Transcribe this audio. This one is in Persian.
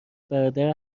برادر